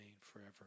forever